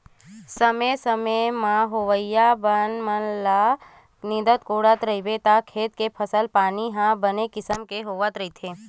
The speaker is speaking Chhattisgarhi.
समे समे म खेत म होवइया बन पानी मन ल नींदत कोड़त रहिबे त खेत के फसल पानी ह बने किसम के होवत रहिथे